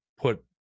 put